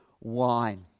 wine